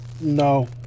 No